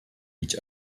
each